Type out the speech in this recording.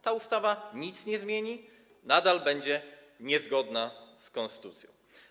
Ta ustawa nic nie zmieni, nadal będzie niezgodna z konstytucją.